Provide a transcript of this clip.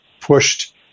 pushed